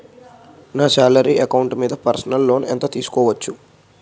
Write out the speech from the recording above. నా salary account మీద personal loan ఎంత తీసుకోవచ్చు?